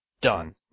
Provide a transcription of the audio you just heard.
Done